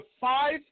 five